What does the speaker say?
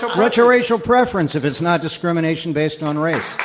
um what's racial preference if it's not discrimination based on race?